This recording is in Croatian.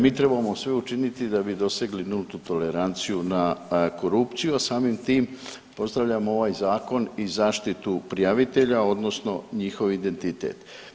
Mi trebamo sve učiniti da bi dosegli nultu toleranciju na korupciju, a samim tim pozdravljam ovaj zakon i zaštitu prijavitelja odnosno njihov identitet.